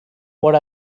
por